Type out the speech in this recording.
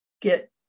get